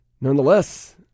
Nonetheless